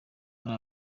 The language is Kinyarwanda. ari